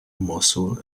mosul